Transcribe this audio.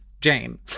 Jane